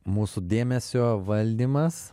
mūsų dėmesio valdymas